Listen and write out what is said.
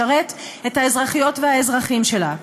לשרת את האזרחיות והאזרחים שלה.